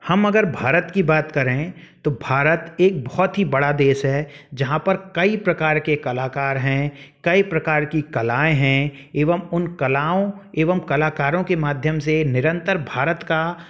हम अगर भारत की बात करें तो भारत एक बहुत ही बड़ा देश है जहाँ पर कई प्रकार के कलाकार हैं कई प्रकार की कलाएँ हैं एवं उन कलाओं एवं कलाकारों के माध्यम से निरंतर भारत का